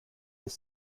des